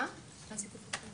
מה זה דיווחים?